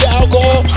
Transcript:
alcohol